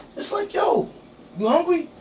it's like, yo you hungry?